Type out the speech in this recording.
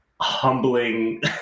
humbling